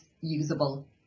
usable